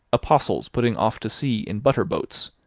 apostles putting off to sea in butter-boats,